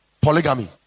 Polygamy